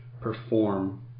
perform